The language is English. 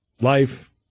life